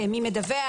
מי מדווח,